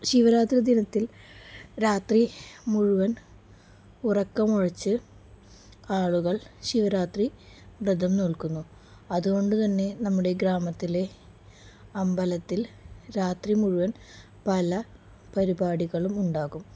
ശിവരാത്രി ദിനത്തിൽ രാത്രി മുഴുവൻ ഉറക്കമൊഴിച്ച് ആളുകൾ ശിവരാത്രി വ്രതം നോൽക്കുന്നു അതുകൊണ്ട് തന്നെ നമ്മുടെ ഗ്രാമത്തിലെ അമ്പലത്തിൽ രാത്രി മുഴുവൻ പല പരിപാടികളും ഉണ്ടാകും